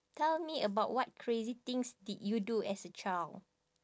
tell me about what crazy things did you do as a child